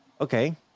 okay